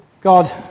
God